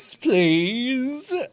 please